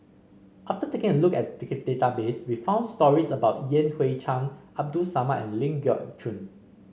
after taking a look at the database we found stories about Yan Hui Chang Abdul Samad and Ling Geok Choon